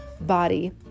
body